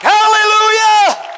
Hallelujah